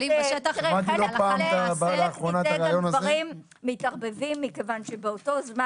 ------ הדברים מתערבבים כיוון שבאותו זמן